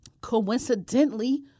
coincidentally